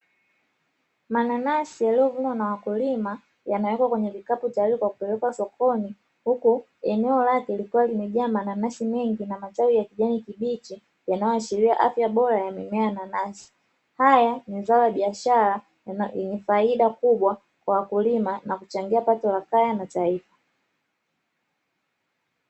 Mananasi yaliyovunwa na wakulima yamewekwa kwenye vikapu tayari kwa kupelekwa sokoni huku eneo lake likiwa limejaa mananasi mengi na matawi ya kijani kibichi yanayoashiri afya bora ya mimea ya nanasi, haya ni zao la biashara yenye faida kubwa kwa wakulima na kuchangia pato la kaya na taifa.